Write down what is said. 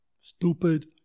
stupid